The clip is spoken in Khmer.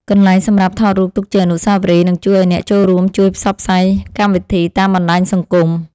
កន្លែងសម្រាប់ថតរូបទុកជាអនុស្សាវរីយ៍នឹងជួយឱ្យអ្នកចូលរួមជួយផ្សព្វផ្សាយកម្មវិធីតាមបណ្ដាញសង្គម។